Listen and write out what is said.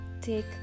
take